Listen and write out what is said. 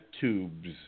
tubes